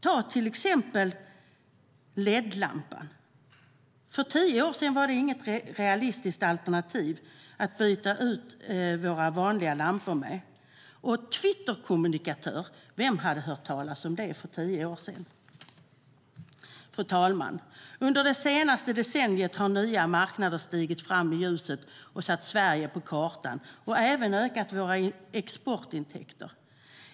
Ta till exempel LED-lampan - för tio år sedan var detta inget realistiskt alternativ att ersätta våra vanliga lampor med. Eller ta yrket twitterkommunikatör! Vem hade hört talas om det för tio år sedan? Fru talman! Under det senaste decenniet har nya marknader stigit fram i ljuset. De har satt Sverige på kartan och även ökat våra exportintäkter.